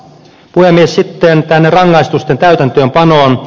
sitten tänne rangaistusten täytäntöönpanoon